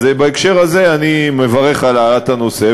אז בהקשר הזה אני מברך על העלאת הנושא,